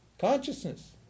Consciousness